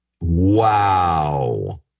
Wow